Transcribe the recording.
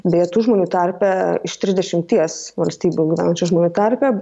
beje tų žmonių tarpe iš trisdešimties valstybių valstybėje gyvenančių žmonių tarpe